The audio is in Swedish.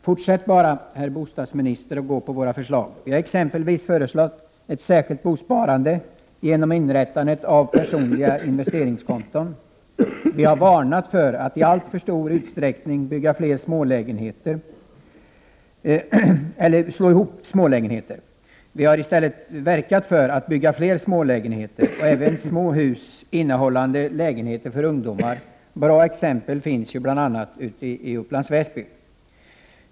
Fortsätt bara, herr bostadsminister, att gå på våra förslag. Vi har exempelvis föreslagit ett särskilt bosparande genom inrättandet av personliga investeringskonton. Vi har varnat för att i alltför stor utsträckning slå ihop smålägenheter. Vi har verkat för att man skall bygga flera smålägenheter och även små hus innehållande lägenheter för ungdomar. Bra exempel på detta finns bl.a. i Upplands Väsby.